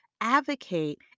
advocate